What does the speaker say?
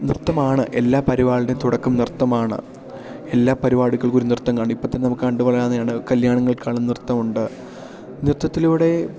നൃത്തമാണ് എല്ലാ പരിപാടികളുടെയും തുടക്കം നൃത്തമാണ് എല്ലാ പരിപാടികൾക്കൊരു നൃത്തം കണ്ട് ഇപ്പത്തന്നെ നമുക്ക് കണ്ട് പറയാവുന്നതാണ് കല്ല്യാണങ്ങൾക്കാണും നൃത്തമുണ്ട് നൃത്തത്തിലൂടെ